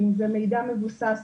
ואם זה מידע מבוסס,